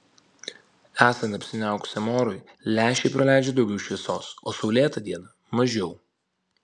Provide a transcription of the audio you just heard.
esant apsiniaukusiam orui lęšiai praleidžia daugiau šviesos o saulėtą dieną mažiau